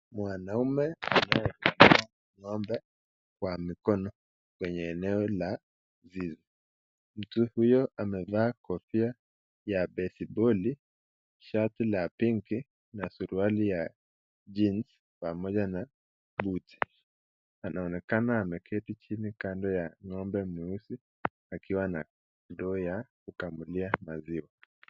Mwanaume anaekamua ng'ombe kwa mikono kwenye eneo la zizi, mtu huyo amevaa kofia ya (baseball) shati la (pink) na suruali ya (jeans) pamoja na (boot). Anaonekana ameketi chini kando ya ng'ombe mweusi akiwa na ndoo ya kukamulia maziwa.